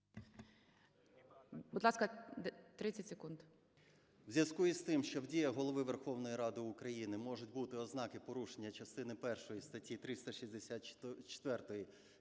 Будь ласка, 30 секунд.